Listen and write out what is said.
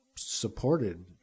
supported